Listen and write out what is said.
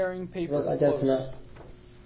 ᱨᱳᱜᱽ ᱟᱡᱟᱨ ᱠᱷᱚᱱᱟᱜ